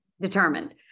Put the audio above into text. determined